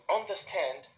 understand